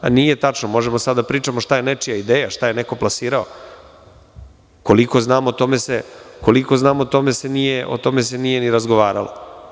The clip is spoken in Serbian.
Nije tačno, možemo sada da pričamo šta je nečija ideja, šta je neko plasirao, a koliko znamo o tome se nije ni razgovaralo.